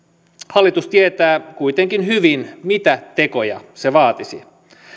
hallitus tietää kuitenkin hyvin mitä tekoja se vaatisi